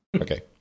Okay